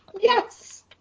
yes